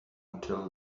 until